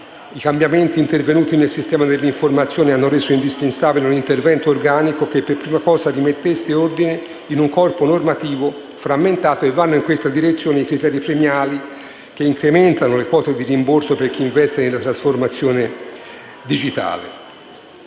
I cambiamenti intervenuti nel sistema dell'informazione hanno reso indispensabile un intervento organico che, per prima cosa, rimettesse ordine in un corpo normativo frammentato. Vanno in questa direzione i criteri premiali che incrementano le quote di rimborso per chi investe nella trasformazione digitale.